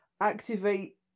activate